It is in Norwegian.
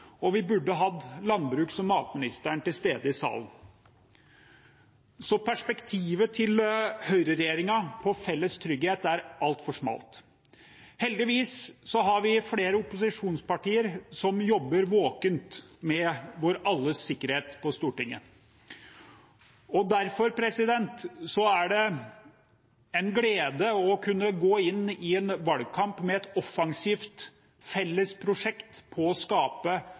og vi burde hatt landbruks- og matministeren til stede i salen. Så perspektivet til høyreregjeringen på felles trygghet er altfor smalt. Heldigvis har vi flere opposisjonspartier på Stortinget som jobber våkent med vår alles sikkerhet. Derfor er det en glede å kunne gå inn i en valgkamp med et offensivt